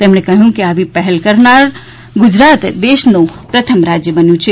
તેમણે કહ્યુ કે આવી પહેલ કરનાર ગુજરાત દેશનું પ્રથમ રાજય બન્યુ છે